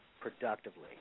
productively